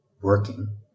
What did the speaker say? working